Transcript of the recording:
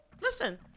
Listen